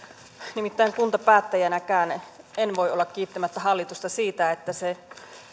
nimittäin kuntapäättäjänäkään en voi olla kiittämättä hallitusta siitä että se